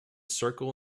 circle